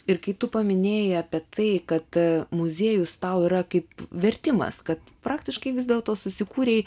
ir kai tu paminėjai apie tai kad muziejus tau yra kaip vertimas kad praktiškai vis dėlto susikūrei